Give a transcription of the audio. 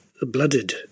blooded